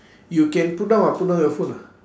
you can put down ah put down your phone ah